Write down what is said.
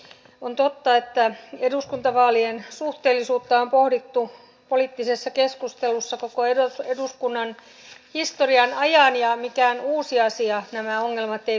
on totta että eduskuntavaalien suhteellisuutta on pohdittu poliittisessa keskustelussa koko eduskunnan historian ajan ja mikään uusi asia nämä ongelmat eivät ole